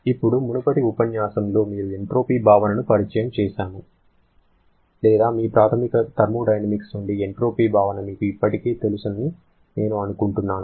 ఇప్పుడు మునుపటి ఉపన్యాసంలో మీరు ఎంట్రోపీ భావనని పరిచయం చేశాము లేదా మీ ప్రాథమిక థర్మోడైనమిక్స్ నుండి ఎంట్రోపీ భావన మీకు ఇప్పటికే తెలుసని నేను అనుకుంటున్నాను